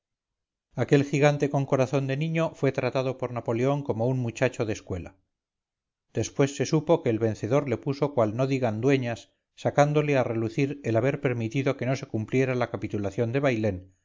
aquel gigante con corazón de niño fue tratado por napoleón como un muchacho de escuela después se supo que el vencedor le puso cual no digan dueñas sacándole a relucir el haber permitido que no se cumpliera la capitulación de bailén